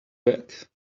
back